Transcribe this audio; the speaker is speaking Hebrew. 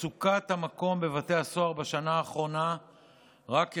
מצוקת המקום בבתי הסוהר בשנה האחרונה רק החמירה.